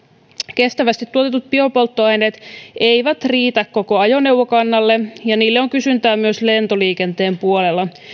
kestävästi tuotetut biopolttoaineet eivät riitä koko ajoneuvokannalle ja niille on kysyntää myös lentoliikenteen puolella